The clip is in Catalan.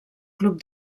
club